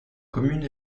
commune